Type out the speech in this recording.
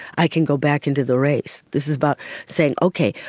i can go back into the race. this is about saying okay,